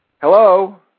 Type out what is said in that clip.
Hello